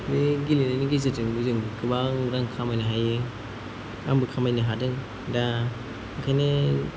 बे गेलेनायनि गेजेरजों जों गोबां रां खामायनो हायो आंबो खामायनो हादों दा ओंखायनो